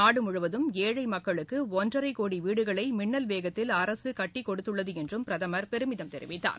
நாடு முழுவதும் ஏழை மக்களுக்கு ஒன்றரை கோடி வீடுகளை மின்னல் வேகத்தில் அரசு கட்டிக் கொடுத்துள்ளது என்றும் பிரதமர் பெருமிதம் தெரிவித்தார்